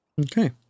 Okay